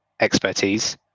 expertise